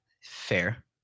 fair